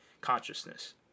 consciousness